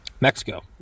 Mexico